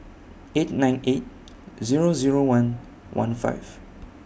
eight nine eight Zero Zero one one five